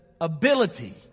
ability